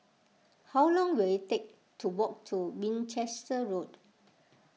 how long will it take to walk to Winchester Road